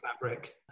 fabric